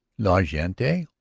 la gente?